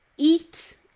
eat